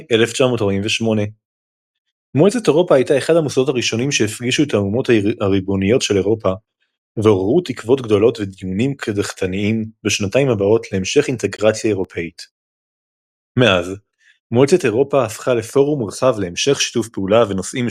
1948. מועצת אירופה הייתה אחד המוסדות